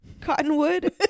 Cottonwood